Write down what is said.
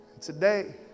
Today